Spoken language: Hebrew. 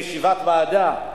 בישיבת ועדה,